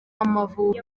amavubi